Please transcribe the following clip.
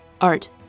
Art